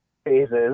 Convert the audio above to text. phases